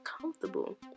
comfortable